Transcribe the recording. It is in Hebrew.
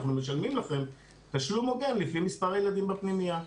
אנחנו משלמים לכם תשלום הוגן לפי מספר הילדים בפנימייה.